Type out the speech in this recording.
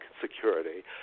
security